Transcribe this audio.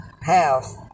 house